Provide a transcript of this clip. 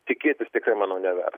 tikėtis tikrai manau never